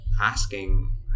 asking